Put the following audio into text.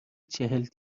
چهل